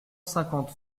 cinquante